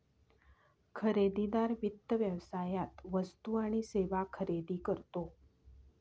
खरेदीदार वित्त व्यवसायात वस्तू आणि सेवा खरेदी करतो